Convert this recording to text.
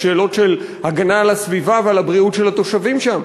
יש שאלות של הגנה על הסביבה ועל הבריאות של התושבים שם,